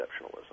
exceptionalism